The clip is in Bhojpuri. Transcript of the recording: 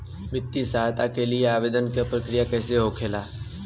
वित्तीय सहायता के लिए आवेदन क प्रक्रिया कैसे होखेला?